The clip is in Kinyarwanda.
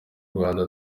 rwanda